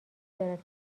دارد